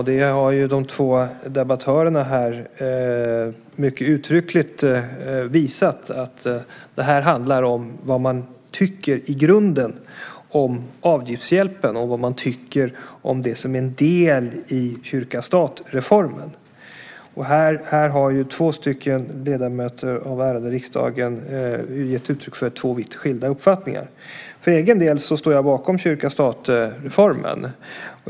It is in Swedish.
De två debattörerna här har mycket uttryckligt visat att det handlar om vad man i grunden tycker om avgiftshjälpen och vad man tycker om det som en del i kyrka-statreformen. Två ledamöter av riksdagen har gett uttryck för två vitt skilda uppfattningar. För egen del står jag bakom kyrka-statreformen.